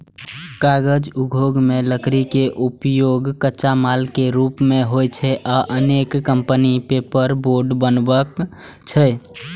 कागज उद्योग मे लकड़ी के उपयोग कच्चा माल के रूप मे होइ छै आ अनेक कंपनी पेपरबोर्ड बनबै छै